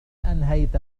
أنهيت